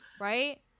Right